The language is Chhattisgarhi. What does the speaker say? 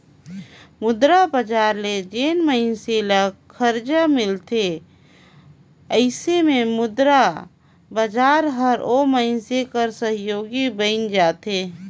मुद्रा बजार ले जेन मइनसे ल खरजा मिलथे अइसे में मुद्रा बजार हर ओ मइनसे कर सहयोगी बइन जाथे